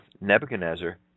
Nebuchadnezzar